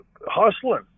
hustling